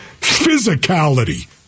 Physicality